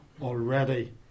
already